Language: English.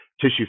tissue